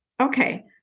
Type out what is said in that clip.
Okay